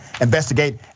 investigate